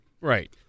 Right